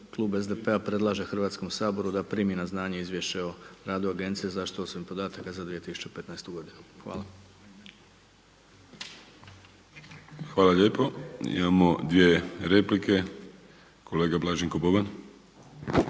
Klub SDP-a predlaže Hrvatskom saboru da primi na znanje Izvješće o radu Agencije za zaštitu osobnih podataka za 2015. godinu. Hvala. **Vrdoljak, Ivan (HNS)** Hvala lijepo. Imamo dvije replike. Kolega Blaženko Boban.